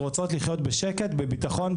רוצות לחיות בשקט בביטחון,